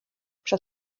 przed